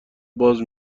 باز